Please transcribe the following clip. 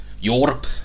Europe